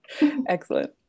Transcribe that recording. Excellent